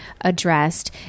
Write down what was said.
addressed